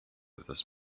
this